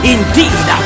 Indeed